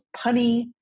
punny